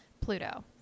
Pluto